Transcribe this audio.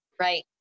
Right